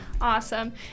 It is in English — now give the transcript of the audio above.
Awesome